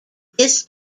this